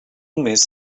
miss